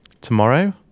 Tomorrow